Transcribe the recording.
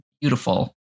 beautiful